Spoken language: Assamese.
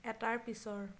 এটাৰ পিছৰ